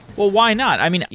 well, why not. i mean,